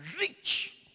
Rich